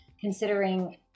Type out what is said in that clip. considering